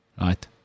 Right